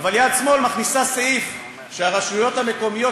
אבל יד שמאל מכניסה סעיף שהרשויות המקומיות